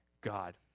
God